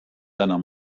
deiner